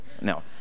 no